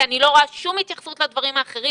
כי אני לא רואה שום התייחסות לדברים האחרים.